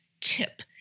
tip